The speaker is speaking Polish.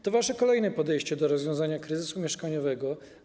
To wasze kolejne podejście do rozwiązania kryzysu mieszkaniowego.